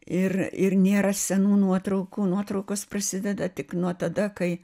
ir ir nėra senų nuotraukų nuotraukos prasideda tik nuo tada kai